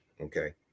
Okay